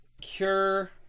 Cure